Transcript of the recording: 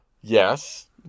Yes